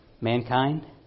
mankind